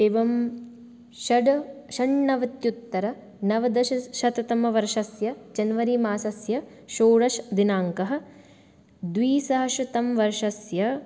एवं षड् षण्णवत्युत्तर नवदशशततमवर्षस्य जनवरी मासस्य षोडश दिनाङ्कः द्विसहस्रतम वर्षस्य